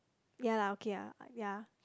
ya lah ok ah like ya